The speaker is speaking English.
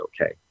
okay